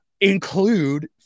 include